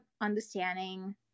understanding